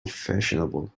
fashionable